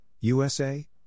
USA